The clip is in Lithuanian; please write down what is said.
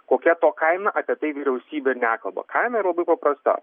kokia to kaina apie tai vyriausybė nekalba kaina yra labai paprasta